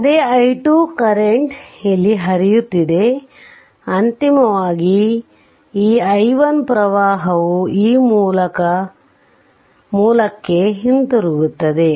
ಅದೇ i2 current ಇಲ್ಲಿ ಹರಿಯುತ್ತಿದೆ ಅಂತಿಮವಾಗಿ ಈ i1 ಪ್ರವಾಹವು ಈ ಮೂಲಕ್ಕೆ ಹಿಂತಿರುಗುತ್ತದೆ